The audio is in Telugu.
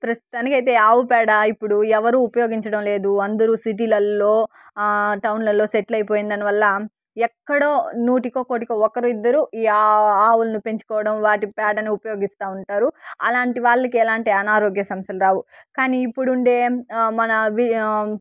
ప్రస్తుతానికి అయితే ఆవు పేడ ఇప్పుడు ఎవరు ఉపయోగించడం లేదు అందరూ సిటీలలో టౌన్లలో సెటిల్ అయిపోవడం వల్ల ఎక్కడో నూటికో కోటికో ఒకరు ఇద్దరు ఈ ఆవులని పెంచుకోవడం వాటి పేడ పేడను ఉపయోగిస్తూ ఉంటారు అలాంటి వాళ్ళకి ఎలాంటి అనారోగ్య సమస్యలు రావు కానీ ఇప్పుడు ఉండే మన